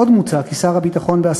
עוד מוצע כי שר הביטחון,